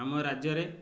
ଆମ ରାଜ୍ୟରେ